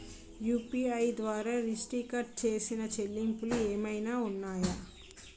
UPI ద్వారా restrict చేసిన చెల్లింపులు ఏమైనా ఉన్నాయా?